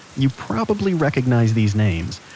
you probably recognize these names.